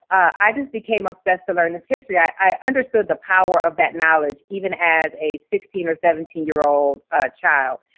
i just became obsessed to learn this history. i understood the power of that knowledge even as a sixteen or seventeen year old child.